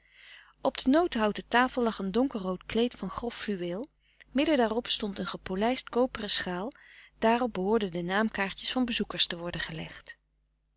op de notenhouten tafel lag een donkerrood kleed van grof fluweel midden daarop stond een gepolijst koperen schaal daarop behoorden de naamkaartjes van bezoekers te worden gelegd